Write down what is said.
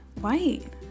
white